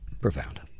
Profound